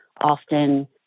often